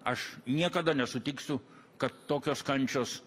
aš niekada nesutiksiu kad tokios kančios